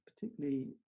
particularly